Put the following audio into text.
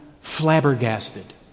flabbergasted